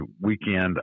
weekend